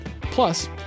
Plus